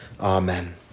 Amen